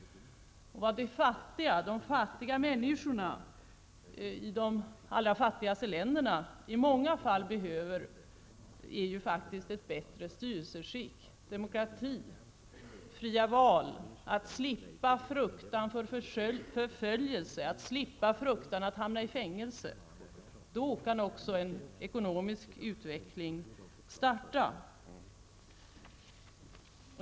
Vad de fattiga människorna i de allra fattigaste länderna i många fall behöver är faktiskt ett bättre styrelseskick: demokrati, fria val, att slippa fruktan för förföljelse, att slippa fruktan att hamna i fängelse. Då kan också en ekonomisk utveckling starta.